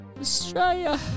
Australia